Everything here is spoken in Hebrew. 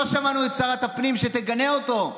לא שמענו ששרת הפנים מגנה אותו.